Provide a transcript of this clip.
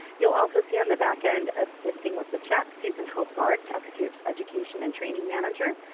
you'll also see on the back end assisting with the chat, susan hope bard techsoup's education and training manager.